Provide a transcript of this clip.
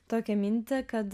tokią mintį kad